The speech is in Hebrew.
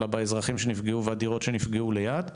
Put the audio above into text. אלא באזרחים שנפגעו והדירות שנפגעו ליד,